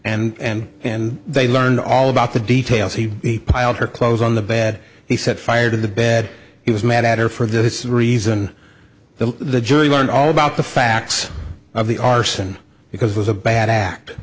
acts and and they learned all about the details he piled her clothes on the bed he set fire to the bed he was mad at her for this reason that the jury learned all about the facts of the arson because it was a bad act